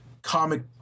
Comic